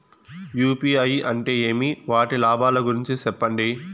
UPI అంటే ఏమి? వాటి లాభాల గురించి సెప్పండి?